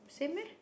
same meh